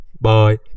Bye